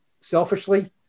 Selfishly